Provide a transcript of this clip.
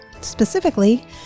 specifically